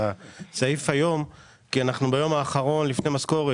הסעיף היום כי אנחנו ביום האחרון לפני משכורת.